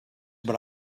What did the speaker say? but